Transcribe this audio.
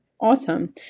Awesome